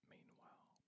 Meanwhile